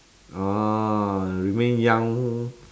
orh you mean young